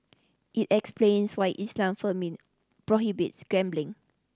it explains why Islam prohibits gambling